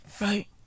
Right